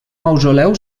mausoleu